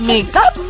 Makeup